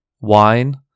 wine